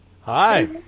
Hi